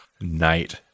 night